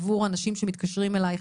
עבור אנשים שמתקשרים אלייך,